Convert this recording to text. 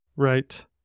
Right